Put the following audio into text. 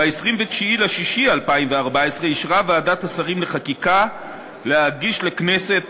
ב-29 ביוני 2014 אישרה ועדת השרים לחקיקה להגיש לכנסת